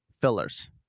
fillers